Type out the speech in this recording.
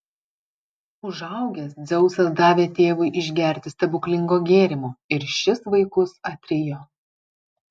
užaugęs dzeusas davė tėvui išgerti stebuklingo gėrimo ir šis vaikus atrijo